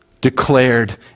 declared